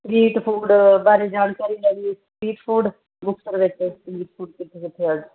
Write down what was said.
street food ਬਾਰੇ ਜਾਣਕਾਰੀ ਲੈਣੀ ਸੀ ਸਟ੍ਰੀਟ ਫੂਡ ਮੁਕਤਸਰ ਵਿੱਚ ਸਟ੍ਰੀਟ ਫੂਡ ਕਿੱਥੇ ਕਿੱਥੇ ਹੈ